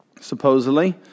supposedly